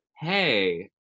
hey